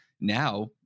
now